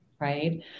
Right